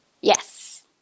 Yes